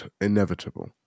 inevitable